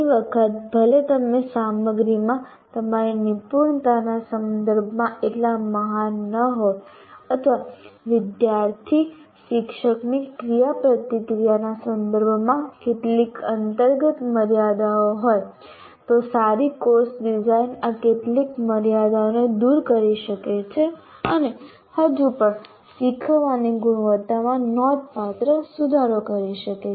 ઘણી વખત ભલે તમે સામગ્રીમાં તમારી નિપુણતાના સંદર્ભમાં એટલા મહાન ન હોવ અથવા વિદ્યાર્થી શિક્ષકની ક્રિયાપ્રતિક્રિયાના સંદર્ભમાં કેટલીક અંતર્ગત મર્યાદાઓ હોય તો સારી કોર્સ ડિઝાઇન આ કેટલીક મર્યાદાઓને દૂર કરી શકે છે અને હજુ પણ શીખવાની ગુણવત્તામાં નોંધપાત્ર સુધારો કરી શકે છે